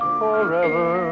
forever